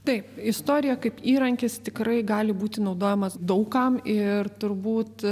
taip istorija kaip įrankis tikrai gali būti naudojamas daug kam ir turbūt